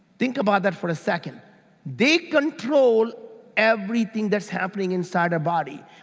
think about that for a second they control everything that's happening inside our body.